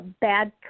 bad